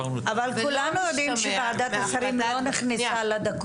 כולנו יודעים שוועדת השרים לא נכנסה לדקויות.